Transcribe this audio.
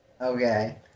Okay